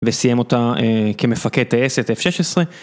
וסיים אותה כמפקד טייסת F16.